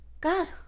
God